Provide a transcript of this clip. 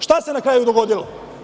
Šta se na kraju dogodilo?